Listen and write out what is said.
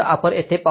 तर आपण येथे पाहू